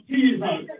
Jesus